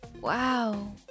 Wow